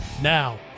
Now